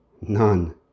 None